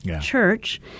church